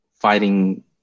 fighting